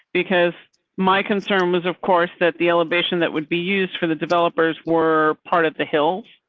because my concern was, of course that the elevation that would be used for the developers were part of the hills.